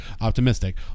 optimistic